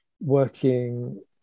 working